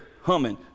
humming